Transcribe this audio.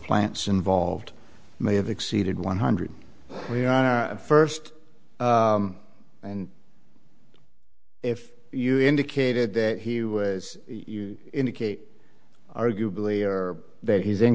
plants involved may have exceeded one hundred first and if you indicated that he was you indicate arguably that he's in